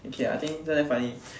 okay I think this one damn funny